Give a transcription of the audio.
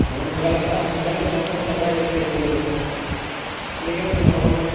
সোনকালে চাৰ্জ সোনকালে চাৰ্জ হোৱা চাৰ্জাৰহে বিচাৰিছিলোঁ মই এনেকৈ হ'লে নহ'ব নহয়